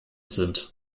sind